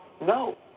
No